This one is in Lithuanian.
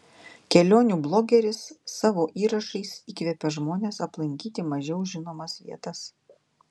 kelionių blogeris savo įrašais įkvepia žmones aplankyti mažiau žinomas vietas